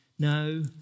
No